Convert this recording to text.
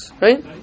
right